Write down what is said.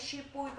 לשיפוי,